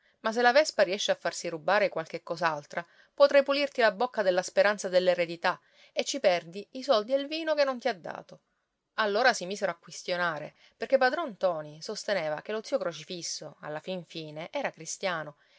ma se la vespa riesce a farsi rubare qualche cos'altra potrai pulirti la bocca della speranza dell'eredità e ci perdi i soldi e il vino che non ti ha dato allora si misero a quistionare perché padron ntoni sosteneva che lo zio crocifisso alla fin fine era cristiano